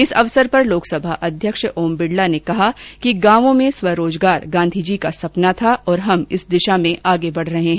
इस अवसर पर लोकसभा अध्यक्ष ओम बिडला ने कहा कि गांवों में स्वरोजगार गांधी जी का सपना था और हम इस दिशा में आगे बढ रहे हैं